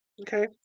Okay